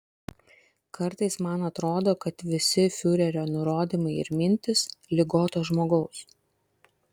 kartais man atrodo kad visi fiurerio nurodymai ir mintys ligoto žmogaus